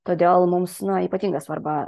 todėl mums na ypatinga svarba